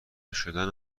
شدن